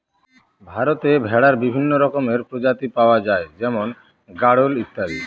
ভারতে ভেড়ার বিভিন্ন রকমের প্রজাতি পাওয়া যায় যেমন গাড়োল ইত্যাদি